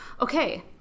Okay